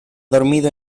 dormido